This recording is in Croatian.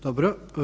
Dobro.